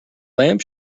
lamp